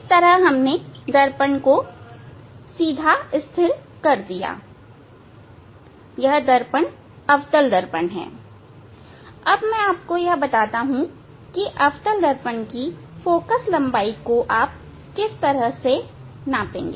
इस तरह हमने दर्पण को सीधा स्थिर कर दिया यह दर्पण अवतल दर्पण है अब मैं आपको बताता हूं की अवतल दर्पण की फोकस लंबाई को कैसे मांपेगे